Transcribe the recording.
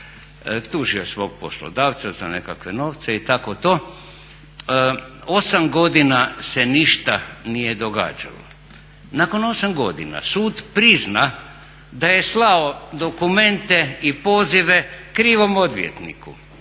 tužio je svog poslodavca za nekakve novce i tako to. 8 godina se ništa nije događalo, nakon 8 godina sud prizna da je slao dokumente i pozive krivom odvjetniku,